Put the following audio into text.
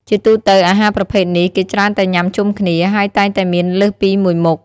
ជាទូទៅ អាហារប្រភេទនេះ គេច្រើនតែញុាំជុំគ្នា ហើយតែងតែមានលើសពីមួយមុខ។